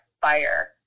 fire